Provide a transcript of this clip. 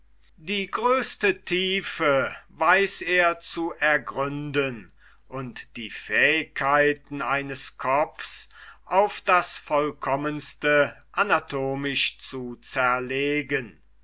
die größte tiefe weiß er zu ergründen und die fähigkeiten eines kopfs auf das vollkommenste anatomisch zu zerlegen